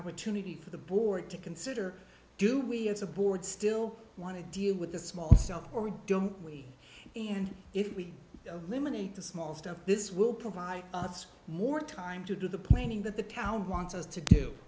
opportunity for the board to consider do we as a board still want to deal with the small or don't we and if we eliminate the small stuff this will provide more time to do the planning that the count wants us to do